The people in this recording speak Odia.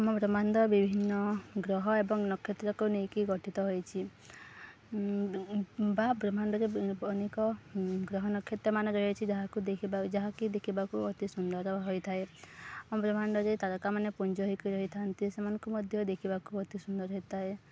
ଆମ ବ୍ରହ୍ମାଣ୍ଡ ବିଭିନ୍ନ ଗ୍ରହ ଏବଂ ନକ୍ଷତ୍ରକୁ ନେଇକି ଗଠିତ ହୋଇଛି ବା ବ୍ରହ୍ମାଣ୍ଡରେ ଅନେକ ଗ୍ରହ ନକ୍ଷତ୍ର ମାନ ରହିଅଛି ଯାହାକୁ ଦେଖିବା ଯାହାକି ଦେଖିବାକୁ ଅତି ସୁନ୍ଦର ହୋଇଥାଏ ଆମ ବ୍ରହ୍ମାଣ୍ଡରେ ତାରକାମାନେ ପୁ୍ଞ୍ଜ ହେଇକି ରହିଥାନ୍ତି ସେମାନଙ୍କୁ ମଧ୍ୟ ଦେଖିବାକୁ ଅତି ସୁନ୍ଦର ହେଇଥାଏ